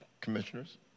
Commissioners